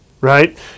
Right